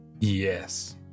Yes